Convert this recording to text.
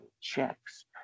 checks